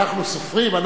אנחנו סופרים?